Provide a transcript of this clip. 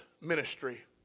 ministry